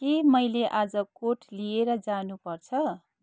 के मैले आज कोट लिएर जानुपर्छ